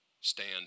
stand